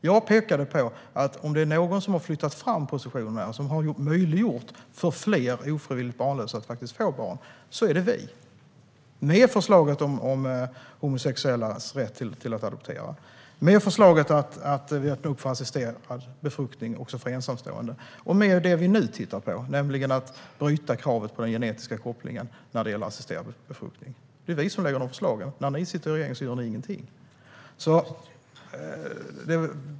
Jag pekade på att om det är några som har flyttat fram positionerna och möjliggjort för fler ofrivilligt barnlösa att få barn är det vi - med förslaget om homosexuellas rätt att adoptera, med förslaget om assisterad befruktning också för ensamstående och med det förslag vi nu tittar på: att bryta kravet på den genetiska kopplingen när det gäller assisterad befruktning. Det är vi som lägger fram förslagen. När ni sitter i regering gör ni ingenting.